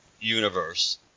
universe